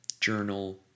journal